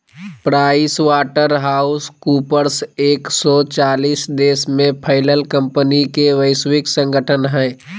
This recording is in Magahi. प्राइस वाटर हाउस कूपर्स एक सो चालीस देश में फैलल कंपनि के वैश्विक संगठन हइ